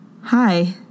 Hi